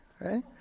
Right